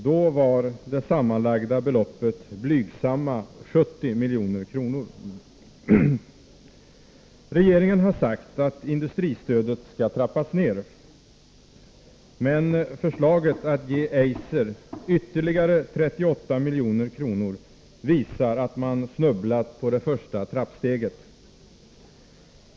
Då var det sammanlagda beloppet blygsamma 70 milj. Onsdagen den = 21 december 1983 Regeringen har sagt att industristödet skall trappas ner, men förslaget att ge Eiser ytterligare 38 milj.kr. visar att man snubblat på det första Förlängning av trappsteget.